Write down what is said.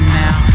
now